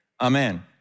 Amen